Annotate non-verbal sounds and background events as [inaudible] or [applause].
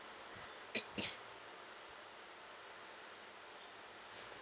[noise]